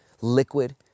liquid